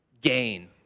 gain